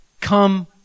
come